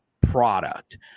product